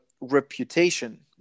reputation